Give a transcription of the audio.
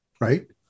right